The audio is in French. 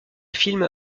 film